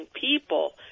people